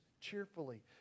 cheerfully